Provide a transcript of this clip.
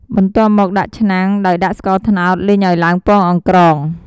បន្ទាប់មកដាក់ឆ្នាំង ដោយដាក់ស្ករត្នោតលីងឱ្យឡើងពងអង្ក្រង។